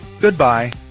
Goodbye